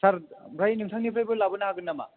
सार ओमफ्राय नोंथांनिफ्रायबो लाबोनो हागोन नामा